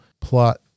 Plot